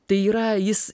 tai yra jis